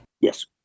Yes